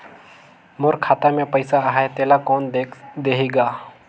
मोर खाता मे पइसा आहाय तेला कोन देख देही गा?